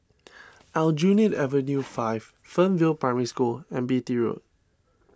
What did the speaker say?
Aljunied Avenue five Fernvale Primary School and Beatty Road